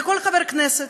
לכל חבר כנסת,